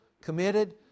committed